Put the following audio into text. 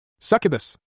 Succubus